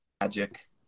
magic